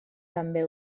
també